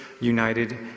united